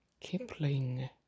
Kipling